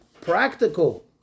practical